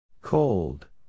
Cold